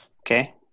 Okay